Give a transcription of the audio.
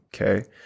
okay